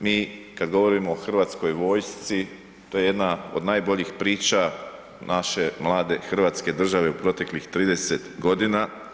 Mi kad govorimo o Hrvatskoj vojsci, to je jedna od najboljih priča naše mlade hrvatske države u proteklih 30 godina.